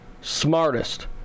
smartest